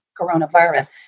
coronavirus